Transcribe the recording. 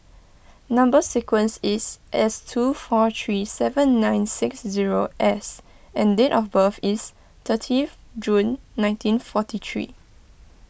Number Sequence is S two four three seven nine six zero S and date of birth is thirtieth June nineteen forty three